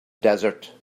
desert